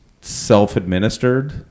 self-administered